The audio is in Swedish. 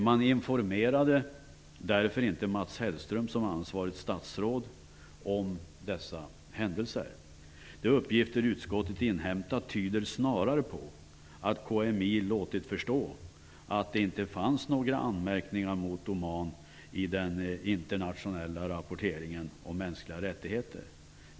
Man informerade därför inte Mats Hellström som ansvarigt statsråd om dessa händelser. De uppgifter utskottet inhämtat tyder snarare på att KMI låtit förstå att det inte fanns några anmärkningar mot Oman i den internationella rapporteringen om mänskliga rättigheter.